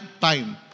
time